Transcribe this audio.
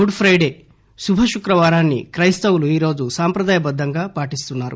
good Friday శుభ శుక్రవారాన్ని క్లెస్తవులు ఈ రోజు సాంప్రదాయబద్దంగా పాటిస్తున్నారు